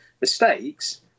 mistakes